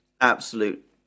absolute